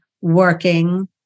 working